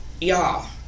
y'all